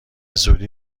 زودی